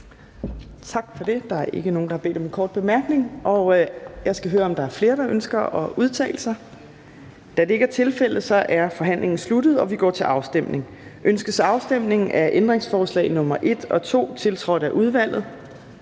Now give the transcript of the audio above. Tak for det. Der er ikke nogen, der har bedt om en kort bemærkning. Jeg skal høre, om der er flere, der ønsker at udtale sig. Da det ikke er tilfældet, er forhandlingen sluttet, og vi går til afstemning. Kl. 13:01 Afstemning Fjerde næstformand (Trine Torp): Ønskes